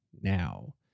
Now